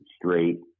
straight